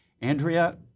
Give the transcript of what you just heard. Andrea